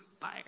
fire